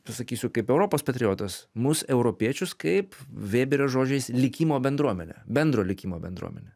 pasakysiu kaip europos patriotas mus europiečius kaip vėberio žodžiais likimo bendruomenė bendro likimo bendruomenė